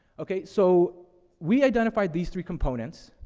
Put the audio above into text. okay, so we identified these three components,